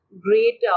great